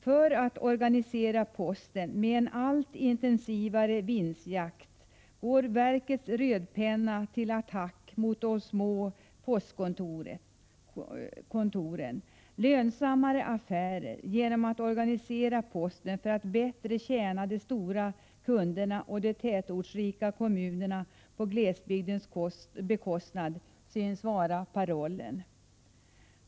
För att organisera Posten och bedriva en allt intensivare vinstjakt går verkets rödpenna till attack mot de små postkontoren. Lönsammare affärer — genom att organisera posten så att den bättre tjänar de stora kunderna och de tätortsrika kommunerna på glesbygdens bekostnad — synes vara parollen.